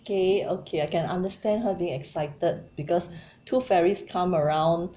okay okay I can understand her being excited because tooth fairies come around